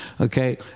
Okay